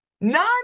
None